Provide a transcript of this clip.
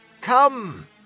Come